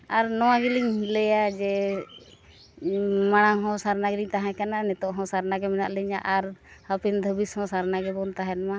ᱟᱨ ᱱᱚᱣᱟ ᱜᱮᱞᱤᱧ ᱞᱟᱹᱭᱟ ᱡᱮ ᱢᱟᱲᱟᱝ ᱦᱚᱸ ᱥᱟᱨᱱᱟ ᱜᱮᱞᱤᱧ ᱛᱟᱦᱮᱸ ᱠᱟᱱᱟ ᱱᱤᱛᱚᱜ ᱦᱚᱸ ᱥᱟᱨᱱᱟ ᱜᱮ ᱢᱮᱱᱟᱜ ᱞᱤᱧᱟ ᱟᱨ ᱦᱟᱯᱮᱱ ᱫᱷᱟᱹᱵᱤᱡ ᱦᱚᱸ ᱥᱟᱨᱱᱟ ᱜᱮᱵᱚᱱ ᱛᱟᱦᱮᱱ ᱢᱟ